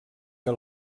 que